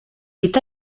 est